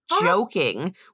joking